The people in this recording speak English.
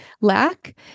lack